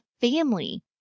family